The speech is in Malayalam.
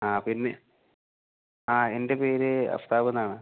ആ പിന്നെ ആ എൻ്റെ പേര് അഫ്ത്താവ്ന്നാണ്